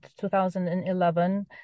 2011